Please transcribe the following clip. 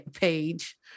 page